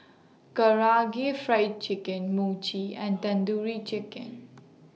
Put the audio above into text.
Karaage Fried Chicken Mochi and Tandoori Chicken